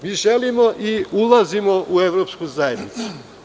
Mi želimo i ulazimo u evropsku zajednicu.